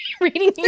reading